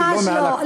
לא, ממש לא.